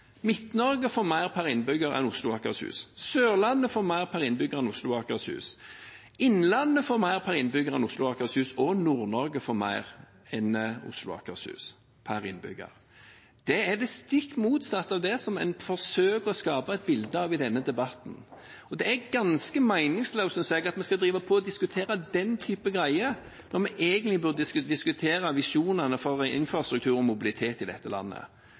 får mer per innbygger enn Oslo og Akershus, Sørlandet får mer per innbygger enn Oslo og Akershus, Innlandet får mer per innbygger enn Oslo og Akershus, og Nord-Norge får mer per innbygger enn Oslo og Akershus. Det er det stikk motsatte av det en forsøker å skape et bilde av i denne debatten. Det er ganske meningsløst, synes jeg, at vi skal drive og diskutere den typen saker når vi egentlig skulle diskutere visjonene for infrastruktur og mobilitet i dette landet.